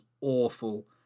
awful